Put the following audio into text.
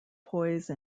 poise